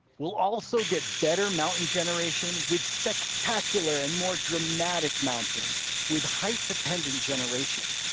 we'll also get better mountain generation with spectacular and more dramatic mountains with height-dependent generation.